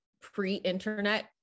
pre-internet